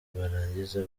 barangiza